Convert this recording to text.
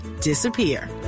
disappear